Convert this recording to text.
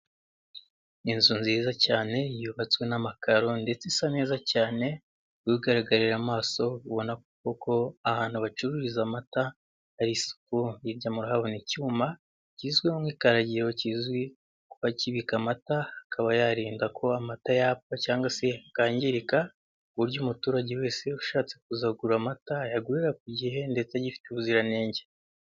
Inzu nziza cyane yubatswe n'amakaro ndetse isa neza cyane bigaragarira amaso ubona ko ko ahantu bacururiza amata hari isuku. Hirya murahabona icyuma kizwi nk'ikaragiro kizwi kuba kibika amata akaba yarinda ko amata yapfa cyangwa se yakangirika ku buryo umuturage wese ushatse kuzagura amata yayagurira ku gihe ndetse agifite ubuziranenge.